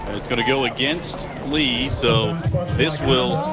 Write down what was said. it's going to go against lee. so this will